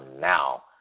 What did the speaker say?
now